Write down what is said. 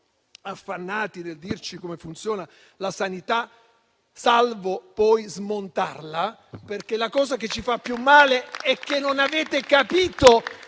affannati nel dirci come funziona la sanità, salvo poi smontarla. La cosa che ci fa più male, infatti, è che non avete capito